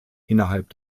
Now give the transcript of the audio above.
innerhalb